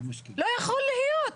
לא יכול להיות.